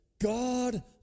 God